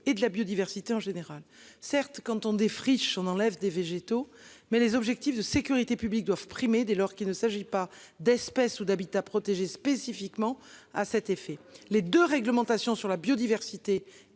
et de la biodiversité en général certes quand on défriche, on enlève des végétaux, mais les objectifs de sécurité publique doivent primer dès lors qu'il ne s'agit pas d'espèces ou d'habitat protéger spécifiquement à cet effet les 2 réglementation sur la biodiversité